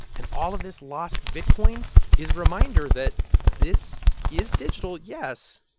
and all of this lost bitcoin is reminder that this is digital, yes.